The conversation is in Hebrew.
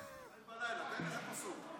אמצע הלילה, תן איזה פסוק.